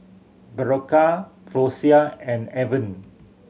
Berocca Floxia and Avene